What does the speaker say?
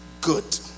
good